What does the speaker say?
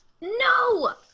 No